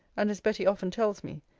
and as betty often tells me,